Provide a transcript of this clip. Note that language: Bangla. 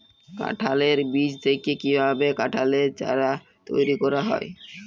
কাঁঠালের বীজ থেকে কীভাবে কাঁঠালের চারা তৈরি করা হয়?